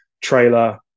trailer